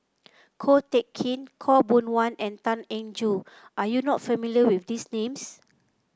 Ko Teck Kin Khaw Boon Wan and Tan Eng Joo are you not familiar with these names